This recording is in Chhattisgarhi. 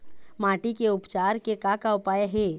माटी के उपचार के का का उपाय हे?